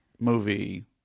movie